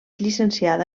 llicenciada